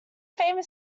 became